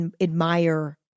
admire